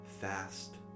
fast